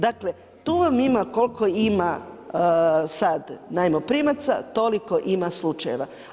Dakle tu vam ima koliko ima sada najmoprimaca, toliko ima slučajeva.